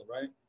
right